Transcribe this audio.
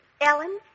Ellen